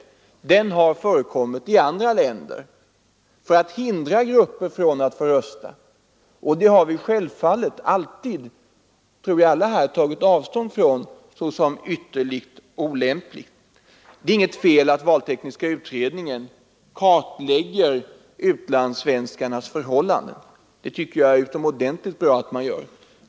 En sådan sammankoppling har förekommit i andra länder för att hindra grupper från att få rösta, och jag tror att alla ledamöter i kammaren anser detta som något ytterst olämpligt. Det är inget fel att valtekniska utredningen kartlägger utlandssvenskarnas förhållanden. Jag tycker att det är bra att man gör det.